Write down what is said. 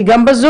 היא גם בזום?